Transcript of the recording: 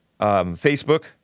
Facebook